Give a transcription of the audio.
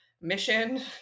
mission